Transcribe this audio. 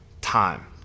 time